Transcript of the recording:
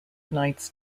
knights